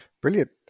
Brilliant